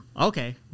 okay